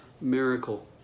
miracle